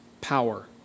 power